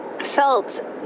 felt